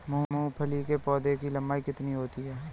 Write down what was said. मूंगफली के पौधे की लंबाई कितनी होती है?